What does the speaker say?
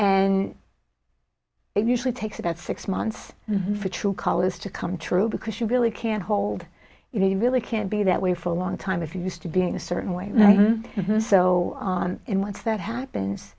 and it usually takes about six months for true colors to come true because you really can't hold it he really can't be that way for a long time if you're used to being a certain way and so on and once that happens